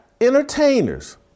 entertainers